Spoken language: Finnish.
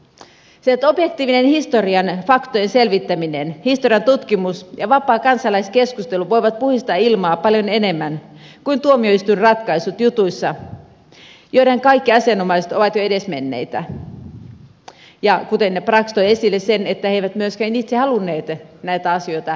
se opetti meille että historian faktojen selvittäminen historiantutkimus ja vapaa kansalaiskeskustelu voivat puhdistaa ilmaa paljon enemmän kuin tuomioistuinratkaisut jutuissa joiden kaikki asianomaiset ovat jo edesmenneitä ja kuten brax toi esille he eivät myöskään itse halunneet näitä asioita enää käydä eteenpäin